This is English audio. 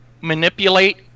manipulate